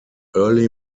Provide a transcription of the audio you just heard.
early